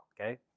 okay